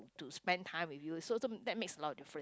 to spend time with you so to that makes a lot of different